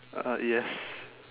uh yes